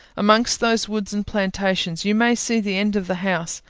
amongst those woods and plantations. you may see the end of the house.